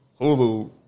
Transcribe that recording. Hulu